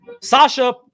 Sasha